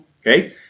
Okay